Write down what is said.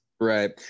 Right